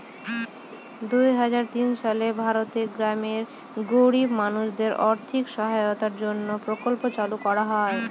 দুই হাজার তিন সালে ভারতের গ্রামের গরিব মানুষদের আর্থিক সহায়তার জন্য প্রকল্প চালু করা হয়